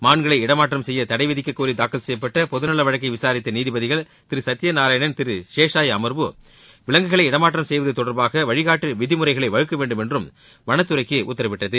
மான்களை இடமாற்றம் செய்ய தடை விதிக்கக்கோரி தாக்கல் செய்யப்பட்ட பொதுநல வழக்கை விசாரித்த நீதிபதிகள் திரு சத்தியநாராயணன் திரு சேஷசாயி அமர்வு விலங்குகளை இடமாற்றம் செய்வது தொடர்பாக வழிகாட்டு விதிமுறைகளை வகுக்க வேண்டும் என்றும் வனத்துறைக்கு உத்தரவிட்டது